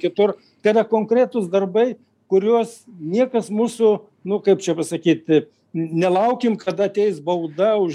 kitur kada konkretūs darbai kuriuos niekas mūsų nu kaip čia pasakyti nelaukim kada ateis bauda už